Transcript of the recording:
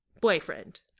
boyfriend